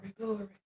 glory